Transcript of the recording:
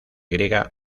griega